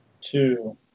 two